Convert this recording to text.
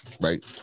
right